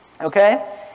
okay